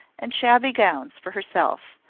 and shabby gowns for herself,